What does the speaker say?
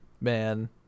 man